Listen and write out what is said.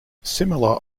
similar